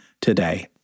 today